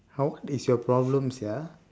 how is your problem sia